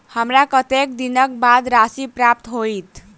हमरा कत्तेक दिनक बाद राशि प्राप्त होइत?